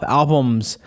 albums